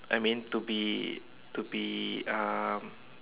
I mean to be to be um